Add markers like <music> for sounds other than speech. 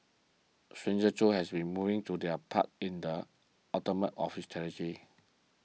strangers too have been moving to their part in the aftermath of the <unintelligible>